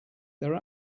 their